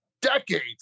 decades